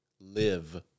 live